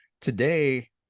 Today